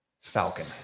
falcon